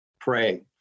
Pray